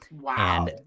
wow